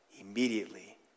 immediately